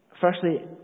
Firstly